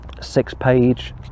six-page